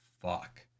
fuck